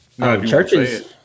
Churches